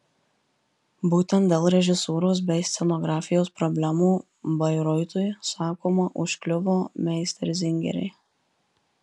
būtent dėl režisūros bei scenografijos problemų bairoitui sakoma užkliuvo meisterzingeriai